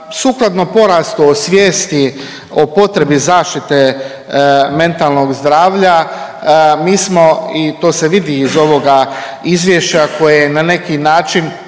Sukladno porastu o svijesti, o potrebi zaštite mentalnog zdravlja mi smo i to se vidi iz ovoga izvješća koje je na neki način